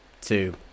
two